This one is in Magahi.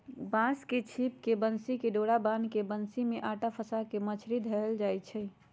बांस के छिप में बन्सी कें डोरा बान्ह् के बन्सि में अटा फसा के मछरि धएले जाइ छै